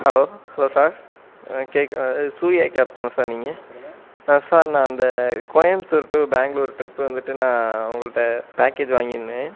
hello hello sir கேட்கு இது Surya cab தானே சார் நீங்கள் சார் நான் அந்த கோயம்புத்தூர் டு பேங்ளூர் ட்ரிப்பு வந்துட்டு நான் உங்கள்ட்ட பேக்கேஜி வாங்கிருந்தேன்